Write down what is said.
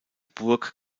burg